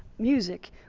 music